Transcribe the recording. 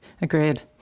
Agreed